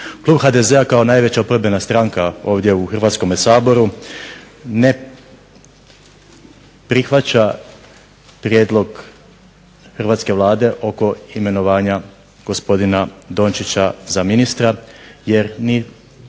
Klub HDZ-a kao najveća oporbena stranka ovdje u Hrvatskome saboru ne prihvaća prijedlog hrvatske Vlade oko imenovanja gospodina Dončića za ministra jer ni